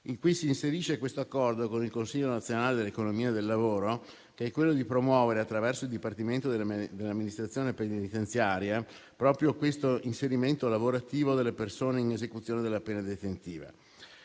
Qui si inserisce questo accordo con il Consiglio nazionale dell'economia e del lavoro, che ha lo scopo di promuovere, attraverso il Dipartimento dell'amministrazione penitenziaria, proprio l'inserimento lavorativo delle persone in esecuzione della pena detentiva.